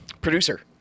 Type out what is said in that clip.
producer